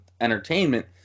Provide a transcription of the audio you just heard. entertainment